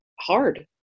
hard